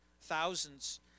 thousands